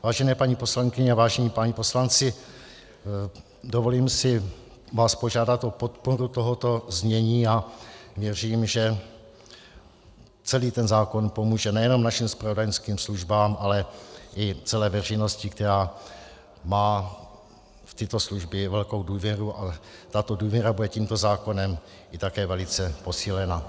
Vážené paní poslankyně, vážení páni poslanci, dovolím si vás požádat o podporu tohoto znění a věřím, že celý zákon pomůže nejenom našim zpravodajským službám, ale i celé veřejnosti, která má v tyto služby velkou důvěru, a tato důvěra bude tímto zákonem také velice posílena.